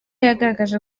yagaragaje